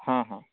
ହଁ ହଁ